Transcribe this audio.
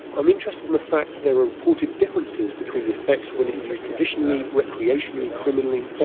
i'm interested in the fact there are reported differences between the effects when it is used traditionally, recreationally, criminally?